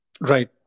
Right